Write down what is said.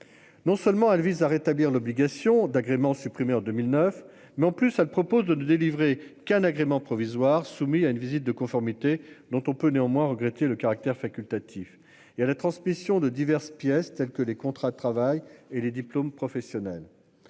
Non seulement elle vise à rétablir l'obligation d'agrément supprimé en 2009 mais en plus elle propose de ne délivrer qu'un agrément provisoire soumis à une visite de conformité dont on peut néanmoins regretter le caractère facultatif et à la transmission de diverses pièces telles que les contrats de travail et les diplômes professionnels.